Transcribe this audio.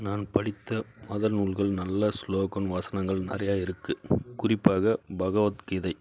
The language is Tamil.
நான் படித்த மத நூல்கள் நல்ல ஸ்லோகன் வசனங்கள் நிறையா இருக்குது குறிப்பாக பகவத் கீதை